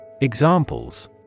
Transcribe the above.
Examples